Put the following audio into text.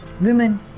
Women